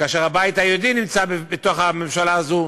כאשר הבית היהודי נמצא בתוך הממשלה הזו,